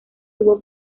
tuvo